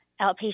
outpatient